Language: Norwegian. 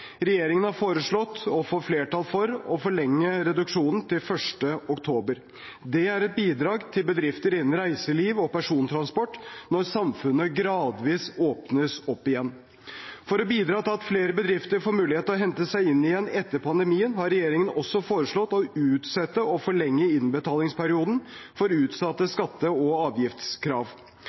Regjeringen har foreslått, og får flertall for, å forlenge reduksjonen til 1. oktober. Det er et bidrag til bedrifter innen reiseliv og persontransport når samfunnet gradvis åpnes opp igjen. For å bidra til at flere bedrifter får mulighet til å hente seg inn igjen etter pandemien, har regjeringen også foreslått å utsette og forlenge innbetalingsperioden for utsatte skatte- og avgiftskrav.